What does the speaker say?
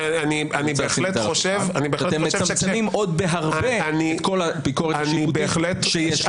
אני חושב שאתם מצמצמים עוד בהרבה את כל הביקורת השיפוטית שיש.